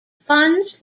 funds